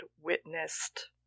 witnessed